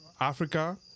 Africa